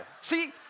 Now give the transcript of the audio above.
See